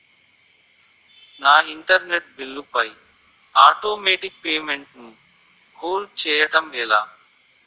నా internet bill పై automatic payment ను హోల్డ్ చేయటం ఎలా?